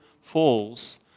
falls